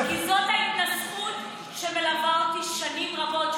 כי זו ההתנשאות שמלווה אותי שנים רבות,